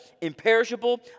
imperishable